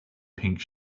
pink